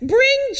Bring